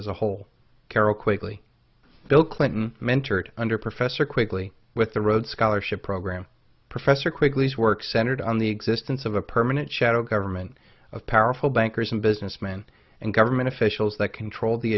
as a whole carol quickly bill clinton mentored under professor quickly with the rhodes scholarship program professor quigley's work centered on the existence of a permanent shadow government of powerful bankers and businessmen and government officials that control the